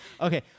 Okay